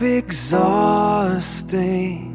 exhausting